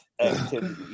activity